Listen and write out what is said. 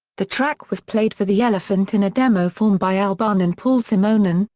the track was played for the elephant in a demo form by albarn and paul simonon,